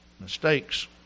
mistakes